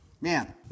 Man